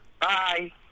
Bye